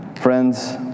Friends